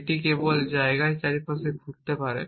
এটি কেবল জায়গার চারপাশে ঘোরাঘুরি করতে পারে